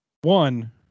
One